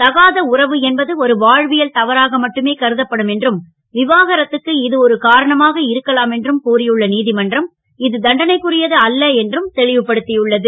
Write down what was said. தகாத உறவு என்பது ஒரு வா வியல் தவறாக மட்டுமே கருதப்படும் என்றும் விவகாரத்துக்கு இது ஒரு காரணமாக இருக்கலாம் என்றும் கூறியுள்ள நீ மன்றம் இது தண்டனைக்குரியது அல்ல என்று தெளிவுபடுத் யுள்ளது